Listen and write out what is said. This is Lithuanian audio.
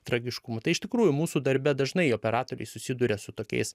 tragiškumą tai iš tikrųjų mūsų darbe dažnai operatoriai susiduria su tokiais